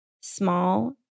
small